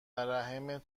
رحم